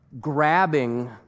grabbing